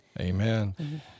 Amen